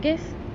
but I guess